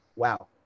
Wow